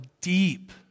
deep